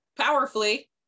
powerfully